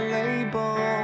label